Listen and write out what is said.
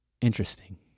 interesting